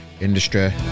industry